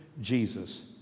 Jesus